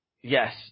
Yes